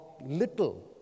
little